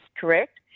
correct